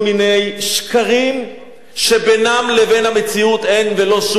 שקרים שבינם לבין המציאות אין שום דבר.